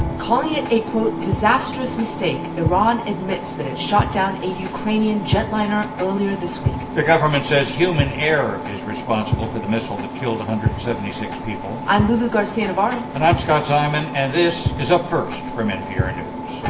calling it a quote, disastrous mistake, iran admits that it shot down a ukrainian jetliner earlier this week the government says human error is responsible for the missile that killed one hundred and seventy six people i'm lulu garcia-navarro and i'm scott simon. and this is up first from npr news